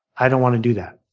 i don't want to do that.